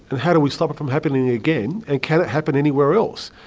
and how do we stop it from happening again? and can it happen anywhere else?